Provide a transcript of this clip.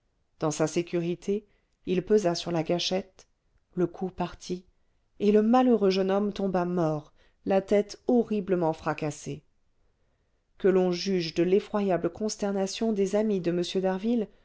dans sa sécurité il pesa sur la gâchette le coup partit et le malheureux jeune homme tomba mort la tête horriblement fracassée que l'on juge de l'effroyable consternation des amis de